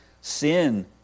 sin